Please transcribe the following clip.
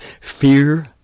Fear